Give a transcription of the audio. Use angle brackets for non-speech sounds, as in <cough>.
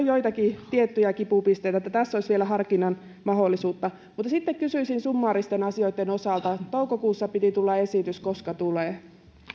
<unintelligible> joitakin tiettyjä kipupisteitä että tässä olisi vielä harkinnan mahdollisuutta mutta sitten kysyisin summaaristen asioitten osalta toukokuussa piti tulla esitys koska tulee